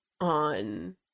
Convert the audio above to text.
on